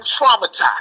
traumatized